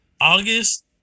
August